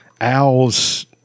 Owls